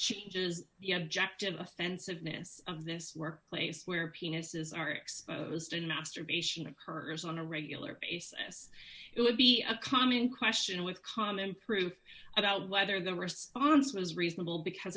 changes you have objective offensiveness of this work place where penises are exposed and masturbation occurs on a regular basis it would be a common question with common proof about whether the response was reasonable because